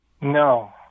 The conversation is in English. No